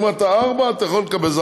אם אתה 4 אתה יכול לקבל,